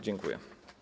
Dziękuję.